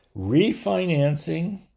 refinancing